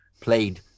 played